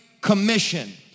Commission